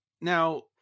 now